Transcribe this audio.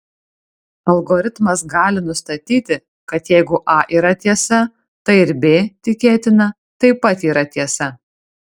algoritmas gali nustatyti kad jeigu a yra tiesa tai ir b tikėtina taip pat yra tiesa